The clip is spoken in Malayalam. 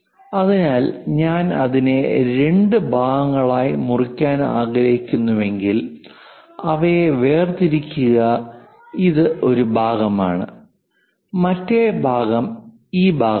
അതിനാൽ ഞാൻ അതിനെ രണ്ട് ഭാഗങ്ങളായി മുറിക്കാൻ ആഗ്രഹിക്കുന്നുവെങ്കിൽ അവയെ വേർതിരിക്കുക ഇത് ഒരു ഭാഗമാണ് മറ്റേ ഭാഗം ഈ ഭാഗമാണ്